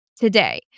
today